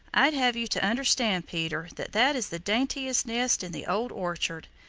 i'd have you to understand, peter, that that is the daintiest nest in the old orchard.